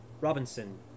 Robinson